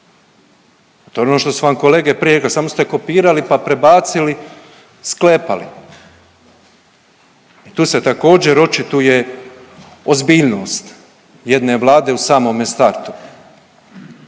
To je ono što su vam kolege prije rekle, samo ste kopirali pa prebacili, sklepali. I tu se također, očituje ozbiljnost jedne vlade u samome startu.